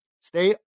Stay